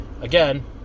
Again